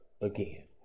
again